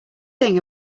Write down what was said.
thing